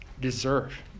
deserve